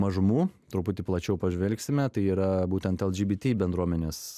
mažumų truputį plačiau pažvelgsime tai yra būtent lgbt bendruomenės